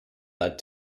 led